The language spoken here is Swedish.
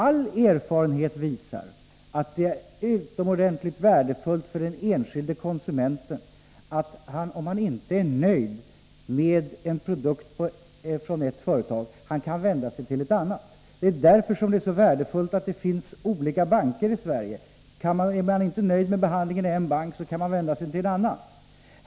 All erfarenhet visar att det är utomordentligt värdefullt för den enskilde konsumenten att han, om han inte är nöjd med en produkt från ett företag, kan vända sig till ett annat. Det är därför som det är så värdefullt att vi har olika banker i Sverige. Är man inte nöjd med behandlingen i en bank, kan man vända sig till en annan.